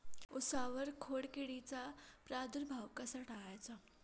उसावर खोडकिडीचा प्रादुर्भाव कसा टाळायचा?